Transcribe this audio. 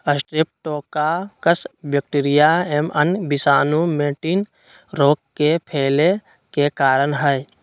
streptococcus bacteria एवं अन्य विषाणु मैटिन रोग के फैले के कारण हई